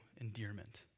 endearment